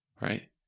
right